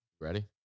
Ready